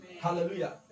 Hallelujah